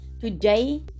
today